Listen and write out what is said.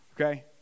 Okay